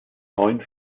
neuen